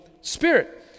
Spirit